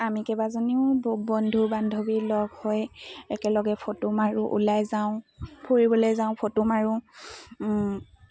আমি কেইবাজনীও ব বন্ধু বান্ধৱী লগ হৈ একেলগে ফটো মাৰোঁ ওলাই যাওঁ ফুৰিবলে যাওঁ ফটো মাৰোঁ